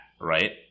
right